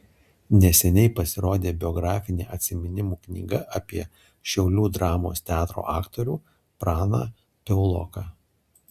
neseniai pasirodė biografinė atsiminimų knyga apie šiaulių dramos teatro aktorių praną piauloką